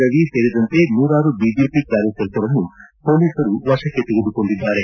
ರವಿ ಸೇರಿದಂತೆ ನೂರಾರು ಬಿಜೆಪಿ ಕಾರ್ಯಕರ್ತರನ್ನು ಮೊಲೀಸರು ವಶಕ್ಕೆ ತೆಗೆದುಕೊಂಡಿದ್ದಾರೆ